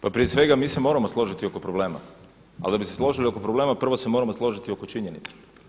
Pa prije svega mi se moramo složiti oko problema, ali da bi se složili oko problema prvo se moramo složiti oko činjenice.